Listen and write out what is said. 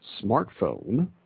smartphone